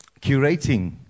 curating